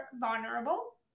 vulnerable